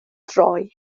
droi